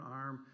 arm